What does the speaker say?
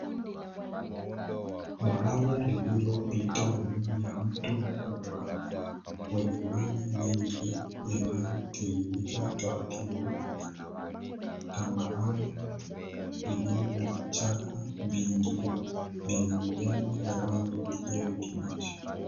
Daraja lililopita juu ya mto mkubwa wenye maji mengi yanayotiririka taratibu. Tambarare iliyo na vichaka vingi vyenye majani ya rangi ya kijani kibichi.